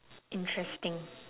interesting